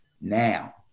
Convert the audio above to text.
now